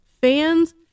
Fans